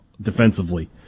defensively